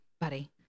buddy